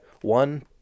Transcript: one